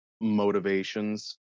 motivations